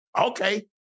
Okay